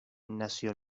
nació